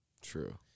True